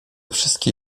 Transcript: wszystkie